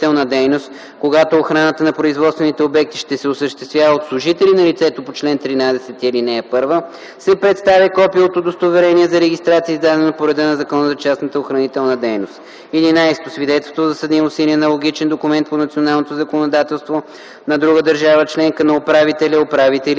когато охраната на производствените обекти ще се осъществява от служители на лицето по чл. 13, ал. 1, се представя копие от удостоверение за регистрация, издадено по реда на Закона за частната охранителна дейност; 11. свидетелство за съдимост или аналогичен документ по националното законодателство на друга държава на управителя/управителите